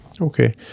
Okay